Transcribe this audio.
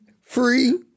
free